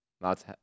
lots